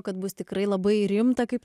kad bus tikrai labai rimta kaip